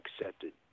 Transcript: accepted